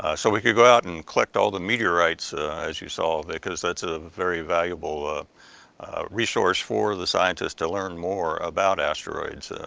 ah so we could go out and collect all the meteorites as you saw because that's a very valuable resource for the scientist to learn more about asteroids.